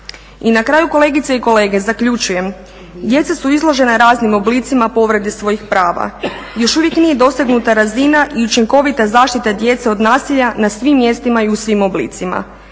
I na kraju kolegice i kolege zaključujem, djeca su izložena raznim oblicima povrede svojih prava, još uvijek nije dosegnuta razina i učinkovita zaštita djece od nasilja na svim mjestima i u svim oblicima.